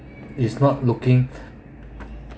is not looking